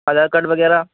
Aadhaar card وغیرہ